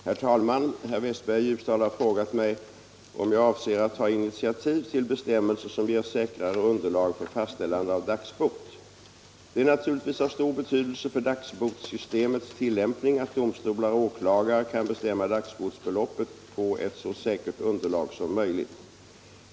Herr talman! Herr Westberg i Ljusdal har frågat mig om jag avser att ta initiativ till bestämmelser som ger säkrare underlag för fastställande av dagsbot. Det är naturligtvis av stor betydelse för dagsbotssystemets tillämpning att domstolar och åklagare kan bestämma dagsbotsbeloppet på ett så säkert underlag som möjligt.